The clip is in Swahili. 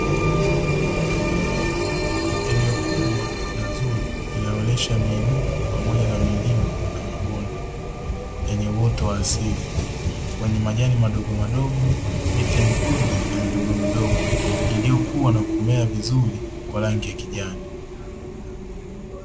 Eneo kubwa na zuri linaonyesha miinuko pamoja na milima na mabonde yenye uoto wa asili wenye majani madogo madogo miti mikubwa na midogo midogo iliyokua na kumea vizuri kwa rangi ya kijani.